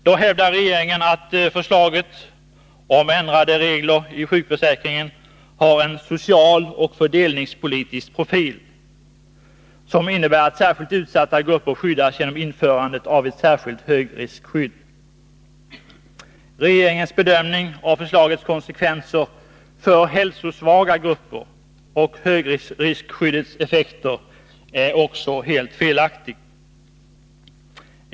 Då hävdar regeringen att förslaget om ändrade regler i sjukförsäkringen har socialoch fördelningspolitisk profil, som innebär att särskilt utsatta grupper skyddas genom införandet av ett särskilt högriskskydd. Regeringens bedömning av förslagets konsekvenser för hälsosvaga grupper och högriskskyddets effekter är också helt felaktig.